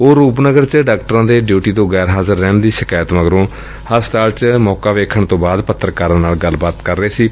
ਉਹ ਰੂਪਨਗਰ ਚ ਡਾਕਟਰਾਂ ਦੇ ਡਿਉਟੀ ਤੇ ਗੈਰ ਹਾਜ਼ਰ ਰਹਿਣ ਦੀ ਸ਼ਿਕਾਇਤ ਮਗਰੋਂ ਹਸਪਤਾਲ ਚ ਮੌਕਾ ਵੇਖਣ ਤੋਂ ਬਾਅਦ ਪੱਤਰਕਾਰਾਂ ਨਾਲ ਗੱਲਬਾਤ ਕਰ ਰਹੇ ਸਨ